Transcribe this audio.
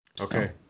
Okay